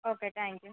okay thank you